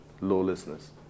lawlessness